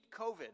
covid